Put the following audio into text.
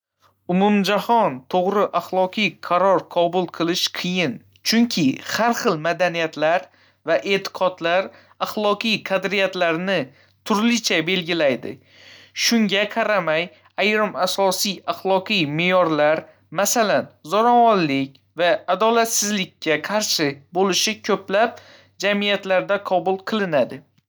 Umumjahon to'g'ri axloqiy qaror qabul qilish qiyin, chunki har xil madaniyatlar va e'tiqodlar axloqiy qadriyatlarni turlicha belgilaydi. Shunga qaramay, ayrim asosiy axloqiy me'yorlar, masalan, zo'ravonlik va adolatsizlikka qarshi bo'lish, ko'plab jamiyatlarda qabul qilinadi.